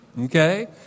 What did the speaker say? Okay